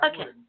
Okay